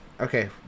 Okay